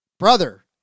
brother